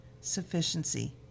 sufficiency